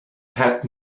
had